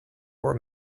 were